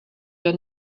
your